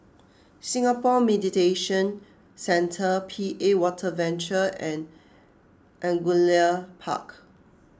Singapore Mediation Centre P A Water Venture and Angullia Park